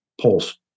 pulse